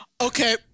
Okay